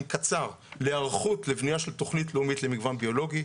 קצר להיערכות לבנייה של תוכנית לאומית למגוון ביולוגי.